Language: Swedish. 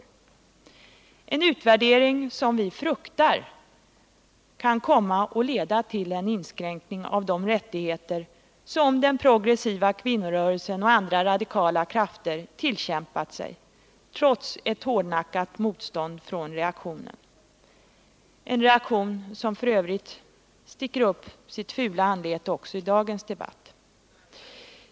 En sådan utvärdering fruktar vi kan komma att leda till en inskränkning av de rättigheter som den progressiva kvinnorörelsen och andra radikala krafter tillkämpat sig trots ett hårdnackat motstånd från reaktionen — en reaktion som f. ö. sticker upp sitt fula anlete också i dagens debatt.